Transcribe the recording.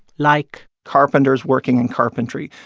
like. carpenters working in carpentry,